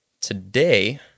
Today